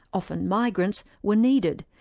often migrants, were needed.